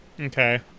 Okay